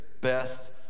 best